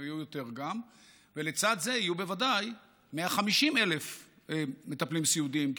גם אם יהיו יותר ולצד זה יהיו בוודאי 150,000 מטפלים סיעודיים,